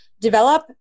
develop